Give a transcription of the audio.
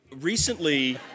recently